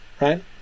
Right